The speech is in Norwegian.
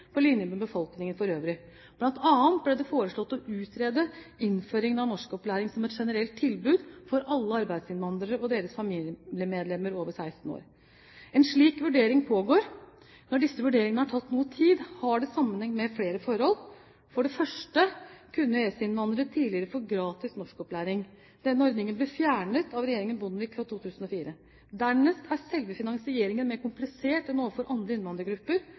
på linje med befolkningen for øvrig. Blant annet ble det foreslått å utrede innføring av norskopplæring som et generelt tilbud for alle arbeidsinnvandrere og deres familiemedlemmer over 16 år. En slik vurdering pågår. Når disse vurderingene har tatt noe tid, har det sammenheng med flere forhold. For det første kunne EØS-innvandrere tidligere få gratis norskopplæring. Denne ordningen ble fjernet i 2004 av regjeringen Bondevik. Dernest er selve finansieringen mer komplisert enn overfor andre innvandrergrupper.